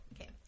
Okay